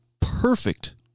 perfect